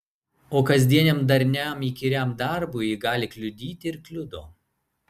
o kasdieniam darniam įkyriam darbui ji gali kliudyti ir kliudo